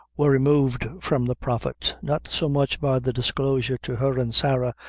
were removed from the prophet, not so much by the disclosure to her and sarah,